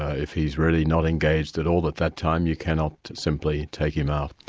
if he's really not engaged at all at that time, you cannot simply take him out.